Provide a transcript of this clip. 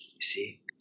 see